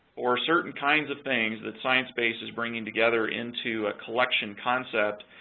or certain kinds of things that sciencebase is bringing together into collection concept,